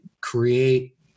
create